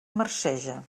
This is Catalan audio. marceja